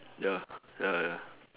ya ya ya